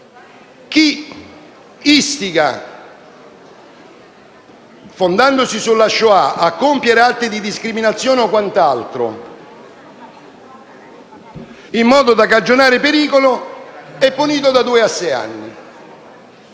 chi istiga, fondandosi sulla Shoah, a compiere atti di discriminazione o quant'altro, in modo da cagionare pericolo, è punito da due a sei anni.